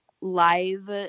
live